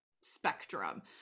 spectrum